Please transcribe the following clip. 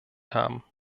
haben